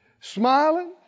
smiling